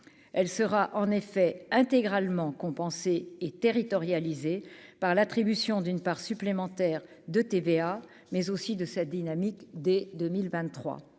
elle sera en effet intégralement compensée et territorialisées par l'attribution d'une part supplémentaire de TVA, mais aussi de sa dynamique dès 2023